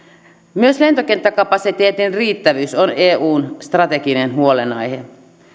myös lentokenttäkapasiteetin riittävyys on eun strateginen huolenaihe